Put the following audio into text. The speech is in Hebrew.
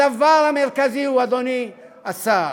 הדבר המרכזי הוא, אדוני השר,